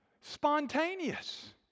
Spontaneous